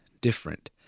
different